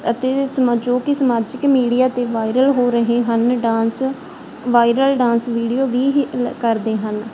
ਅਤੇ ਸਮਾਂ ਜੋ ਕਿ ਸਮਾਜਿਕ ਮੀਡੀਆ 'ਤੇ ਵਾਇਰਲ ਹੋ ਰਹੇ ਹਨ ਡਾਂਸ ਵਾਇਰਲ ਡਾਂਸ ਵੀਡੀਓ ਵੀ ਹੀ ਕਰਦੇ ਹਨ